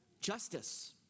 justice